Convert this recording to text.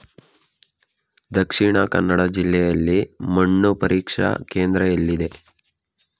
ದಕ್ಷಿಣ ಕನ್ನಡ ಜಿಲ್ಲೆಯಲ್ಲಿ ಮಣ್ಣು ಪರೀಕ್ಷಾ ಕೇಂದ್ರ ಎಲ್ಲಿದೆ?